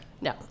No